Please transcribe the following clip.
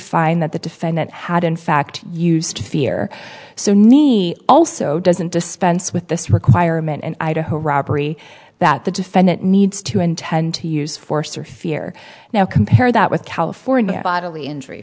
find that the defendant had in fact used fear so need also doesn't dispense with this requirement and idaho robbery that the defendant needs to intend to use force or fear now compare that with california only injury